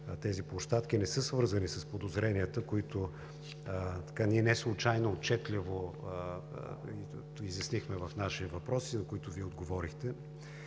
тези площадки не са свързани с подозренията, които ние неслучайно отчетливо изяснихме в нашия въпрос и на които Вие отговорихте?